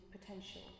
potential